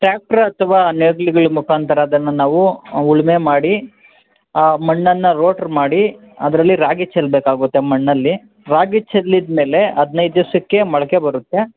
tractor ಅಥವಾ ನೇಗಿಲುಗಳ ಮುಖಾಂತರ ಅದನ್ನು ನಾವು ಉಳುಮೆ ಮಾಡಿ ಮಣ್ಣನ್ನು ರೋಟರ್ ಮಾಡಿ ಅದರಲ್ಲಿ ರಾಗಿ ಚೆಲ್ಬೇಕಾಗುತ್ತೆ ಮಣ್ಣಲ್ಲಿ ರಾಗಿ ಚೆಲ್ಲಿದ ಮೇಲೆ ಹದಿನೈದು ದಿವಸಕ್ಕೆ ಮೊಳಕೆ ಬರುತ್ತೆ